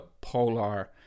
Polar